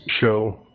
show